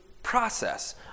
process